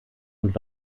und